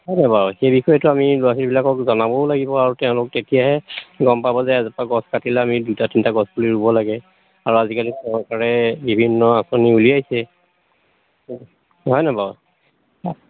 হয় নহয় বাৰু সেই বিষয়েতো আমি ল'ৰা ছোৱীবিলাকক জনাবও লাগিব আৰু তেওঁলোক তেতিয়াহে গম পাব যে এজোপা গছ কাটিলে আমি দুটা তিনিটা গছ পুলি ৰুব লাগে আৰু আজিকালি চৰকাৰে বিভিন্ন আঁচনি উলিয়াইছে হয় নহয় বাৰু